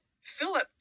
Philip